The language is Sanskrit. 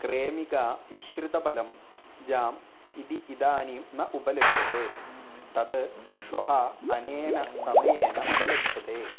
क्रेमिका मिश्रितफलम् जाम् इति इदानीं न उपलभ्यते तद् श्वः अनेन समयेन उपलभ्यते